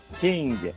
King